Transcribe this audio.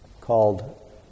called